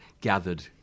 gathered